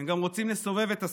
הם גם רוצים לסובב את הסכין.